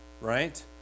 right